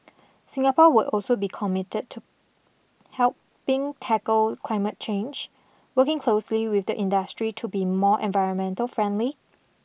Singapore will also be committed to helping tackle climate change working closely with the industry to be more environmental friendly